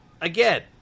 again